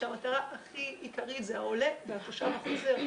כשהמטרה הכי עיקרית זה העולה והתושב החוזר,